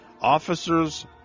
Officers